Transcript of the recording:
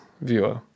viewer